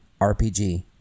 RPG